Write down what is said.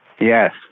Yes